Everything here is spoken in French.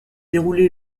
déroulé